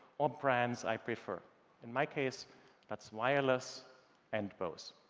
or brands i prefer in my case that's wireless and bose.